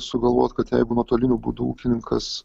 sugalvot kad jeigu nuotoliniu būdu ūkininkas